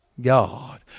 God